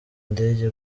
ndege